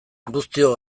guztiok